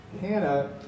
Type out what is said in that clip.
Hannah